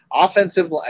offensive